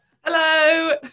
Hello